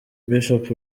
bishop